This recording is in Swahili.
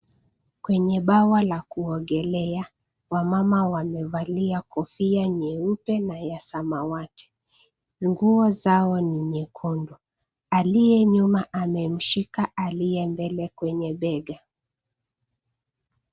Kwenye bwawa la kuogelea, wamama wamevalia kofia nyeupe na samawati. Nguo zao ni nyekundu. Aliye nyuma amemshika aliye mbele kwenye bega.